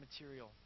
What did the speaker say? material